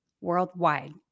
worldwide